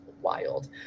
wild